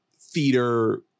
theater